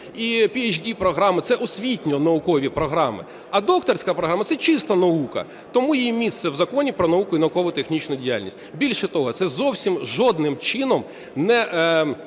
і PhD програми – це освітньо-наукові програми, а докторська програма – це чиста наука. Тому їй місце в Законі "Про науку і науково-технічну діяльність". Більше того, це зовсім жодним чином не